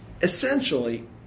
Essentially